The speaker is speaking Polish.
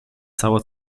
cała